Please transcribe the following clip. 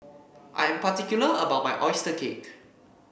I am particular about my oyster cake